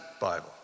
Bible